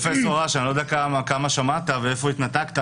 פרופ' אש, אני לא יודע כמה שמעת ומתי התנתקת.